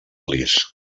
lis